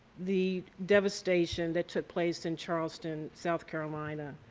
the devastation that took place in charleston, south carolina.